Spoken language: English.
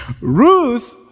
Ruth